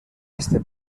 este